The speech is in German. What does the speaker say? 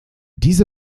diese